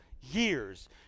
years